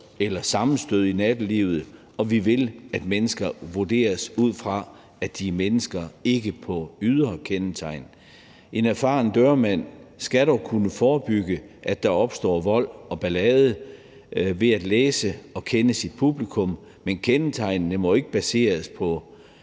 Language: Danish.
eller sammenstød i nattelivet, og vi vil, at mennesker vurderes ud fra, at de er mennesker, og ikke på de ydre kendetegn. En erfaren dørmand skal dog kunne forebygge, at der opstår vold og ballade ved at kunne læse og kende sit publikum, og det må være baseret på